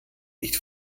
nicht